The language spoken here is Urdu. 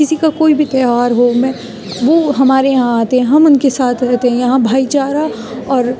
کسی کا کوئی بھی تیوہار ہو میں وہ ہمارے یہاں آتے ہیں ہم ان کے ساتھ رہتے ہیں یہاں بھائی چارہ اور